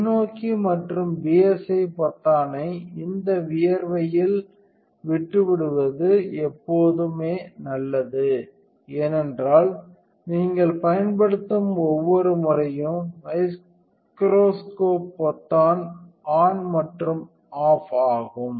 நுண்ணோக்கி மற்றும் BSI பொத்தானை இந்த வியர்வையில் விட்டுவிடுவது எப்போதுமே நல்லது ஏனென்றால் நீங்கள் பயன்படுத்தும் ஒவ்வொரு முறையும் மைக்ரோஸ்கோப் பொத்தான் ஆன் மற்றும் ஆஃப் ஆகும்